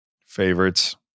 Favorites